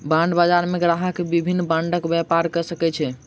bond बजार मे ग्राहक विभिन्न बांडक व्यापार कय सकै छै